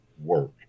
work